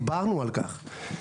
דיברנו על כך,